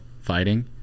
fighting